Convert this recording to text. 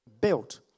built